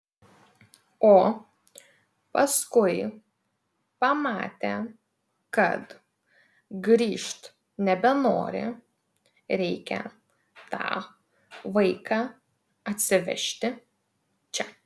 o paskui pamatė kad grįžt nebenori reikia tą vaiką atsivežti čia